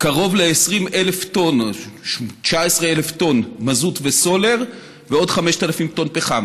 קרוב ל-20,000 טונות: 19,000 טונות מזוט וסולר ועוד 5,000 טונות פחם.